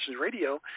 Radio